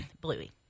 Bluey